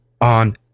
on